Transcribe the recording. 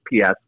PS